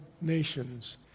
nations